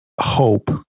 hope